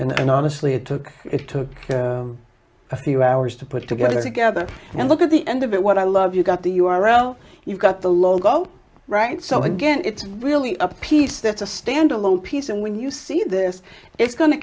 and honestly it took it took a few hours to put it together together and look at the end of it what i love you got the u r l you've got the logo right something again it's really a piece that's a stand alone piece and when you see this it's going to